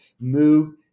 move